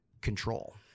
control